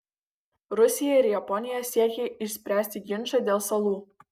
rusija ir japonija siekia išspręsti ginčą dėl salų